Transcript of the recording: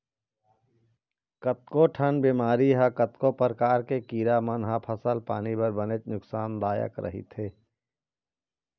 कतको ठन बेमारी ह कतको परकार के कीरा मन ह फसल पानी बर बनेच नुकसान दायक रहिथे